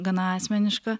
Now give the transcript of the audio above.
gana asmeniška